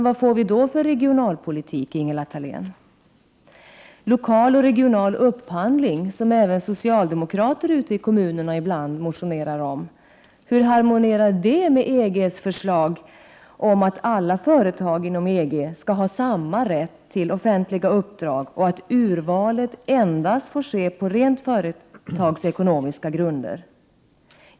Vad får vi då för regionalpolitik, Ingela Thalén? Även socialdemokrater ute i kommunerna motionerar ibland om lokal och regional upphandling. Hur harmonierar detta med EG:s förslag om att alla företag inom EG skall ha samma rätt till offentliga uppdrag och att urvalet endast får ske på rent företagsekonomiska grunder?